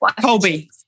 Colby